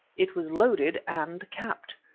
it was loaded and capped.